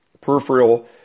peripheral